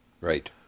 Right